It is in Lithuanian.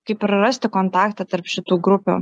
kaip ir rasti kontaktą tarp šitų grupių